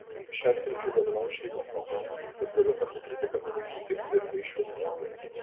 šią silkę gaminau šiaip be progos bet galiu pasakyti kad puikiai tiktų ir vaišių stalui